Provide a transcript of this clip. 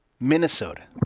Minnesota